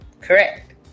Correct